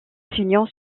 union